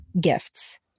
gifts